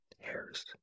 hairs